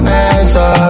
answer